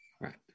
Right